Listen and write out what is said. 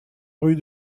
rue